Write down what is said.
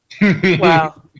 Wow